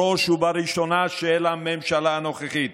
בראש ובראשונה של הממשלה הנוכחית.